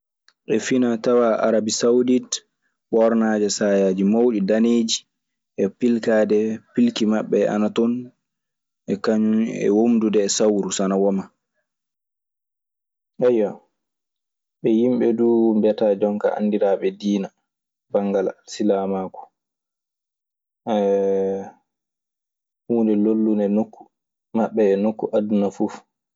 E finatawa arabisaodite ɓornade sayaji mawɗi daneji e pilkade pilki maɓe ana ton, e kaŋum e wondude e sawru so ana wama. Eyyo, ɓe yimɓe duu mbiyataa jonka anndiraaɓe diina banngal silaamaaku. Huunde lollunde nokku maɓɓe e nokku aduna fuf.